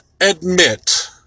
admit